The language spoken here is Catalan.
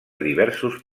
diversos